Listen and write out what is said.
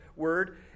word